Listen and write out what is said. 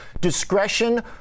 discretion